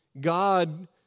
God